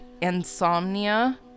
insomnia